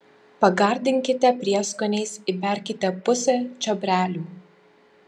pagardinkite prieskoniais įberkite pusę čiobrelių